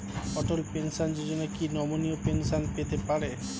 অটল pension Yojana কি নমনীয় pension পেতে পারে?